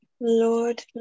Lord